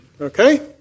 Okay